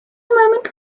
moment